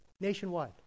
Nationwide